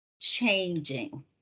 changing